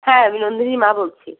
হ্যাঁ আমি নন্দিনীর মা বলছি